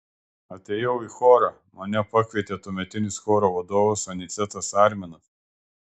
atėjau į chorą mane pakvietė tuometinis choro vadovas anicetas arminas